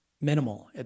minimal